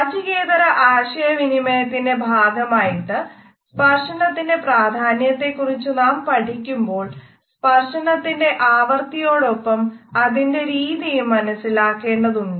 വാചികേതര ആശയവിനിമയത്തിന്റെ ഭാഗമായിട്ട് സ്പർശനത്തിന്റെ പ്രാധാന്യത്തെക്കുറിച്ചു നാം പഠിക്കുമ്പോൾ സ്പർശനത്തിന്റെ ആവർത്തിയോടൊപ്പം അതിന്റെ രീതിയും മനസിലാക്കേണ്ടതുണ്ട്